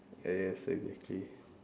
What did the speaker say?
yes exactly